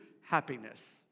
happiness